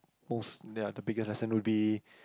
most ya the biggest lesson would be